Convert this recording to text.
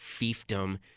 fiefdom